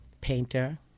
painter